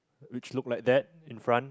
which look like that in front